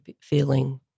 feeling